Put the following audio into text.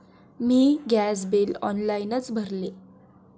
मी gas bill ऑनलाइनच भरले